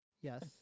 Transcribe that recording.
Yes